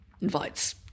invites